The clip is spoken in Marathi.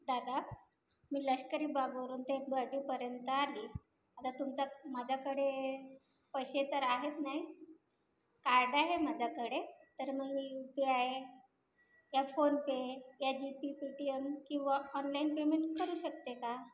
दादा मी लष्करी बागवरून ते बर्डीपर्यंत आली आता तुमचा माझ्याकडे पैसे तर आहेच नाही कार्ड आहे माझ्याकडे तर मग मी यु पी आय या फोनपे या जीपे पेटीएम किंवा ऑनलाईन पेमेंट करू शकते का